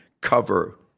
cover